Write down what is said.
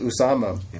Usama